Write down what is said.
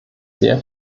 sehr